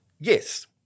yes